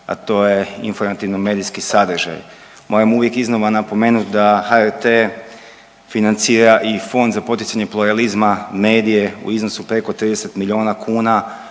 a to je informativno-medijski sadržaj. Moramo uvijek iznova napomenuti da HRT financira i Fond za poticanje pluralizma medije u iznosu preko 30 milijuna kuna,